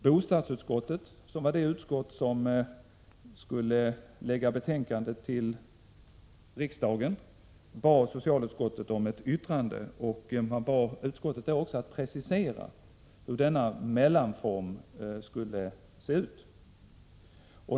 Bostadsutskottet, som var det utskott som skulle lägga fram betänkandet till riksdagen, bad socialutskottet om ett yttrande och bad också socialutskottet precisera hur denna mellanform skulle se ut.